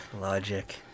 logic